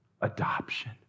adoption